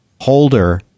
holder